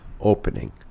opening